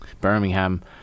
Birmingham